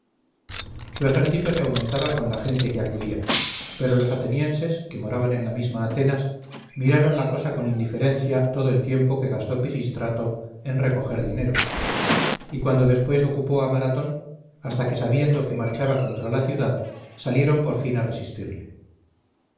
su ejército se aumentaba con la gente que acudía pero los atenienses que moraban en la misma atenas miraron la cosa con indiferencia todo el tiempo que gastó pisístrato en recoger dinero y cuando después ocupó a maratón hasta que sabiendo que marchaba contra la ciudad salieron por fin a resistirle